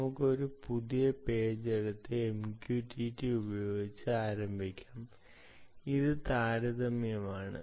നമുക്ക് ഒരു പുതിയ പേജ് എടുത്ത് MQTT ഉപയോഗിച്ച് ആരംഭിക്കാം അത് താരതമ്യമാണ്